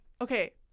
okay